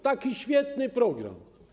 Taki świetny program.